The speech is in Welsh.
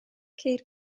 ceir